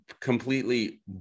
completely